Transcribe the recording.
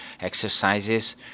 exercises